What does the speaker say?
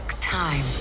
time